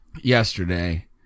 yesterday